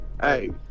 Hey